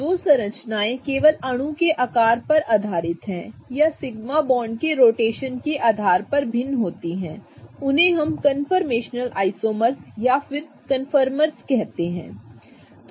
जो संरचनाएं केवल अणु के आकार के आधार पर या सिग्मा बांड के रोटेशन के आधार पर भिन्न होती हैं उन्हें हम कन्फॉर्मेशनल आइसोमर्स या फिर कंफर्मस कह सकते हैं